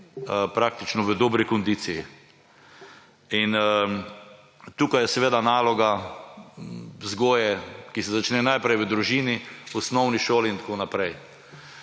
predati v dobri kondiciji. Tukaj je naloga vzgoje, ki se začne najprej v družini, osnovni šoli in tako naprej.